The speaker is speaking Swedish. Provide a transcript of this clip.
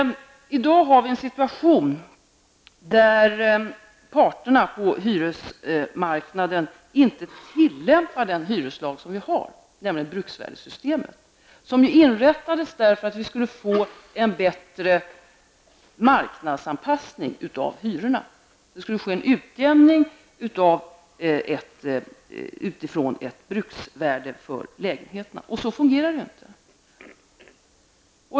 Vi har i dag en situation där parterna på hyresmarknaden inte tillämpar den hyreslagstiftning vi har, nämligen bruksvärdessystemet. Det inrättades för att vi skulle få en bättre marknadsanpassning av hyrorna. Det skulle ske en utjämning utifrån ett bruksvärde för lägenheterna. Men så fungerar det inte.